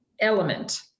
element